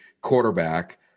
quarterback